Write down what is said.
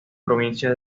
provincia